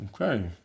Okay